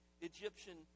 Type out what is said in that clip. egyptian